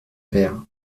père